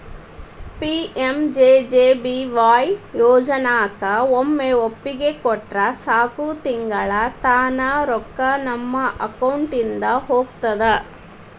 PMJJBY ಯೋಜನಾಕ ಒಮ್ಮೆ ಒಪ್ಪಿಗೆ ಕೊಟ್ರ ಸಾಕು ತಿಂಗಳಾ ತಾನ ರೊಕ್ಕಾ ನಮ್ಮ ಅಕೌಂಟಿದ ಹೋಗ್ತದ